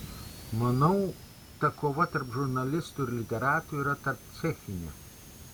manau ta kova tarp žurnalistų ir literatų yra tarpcechinė